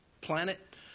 planet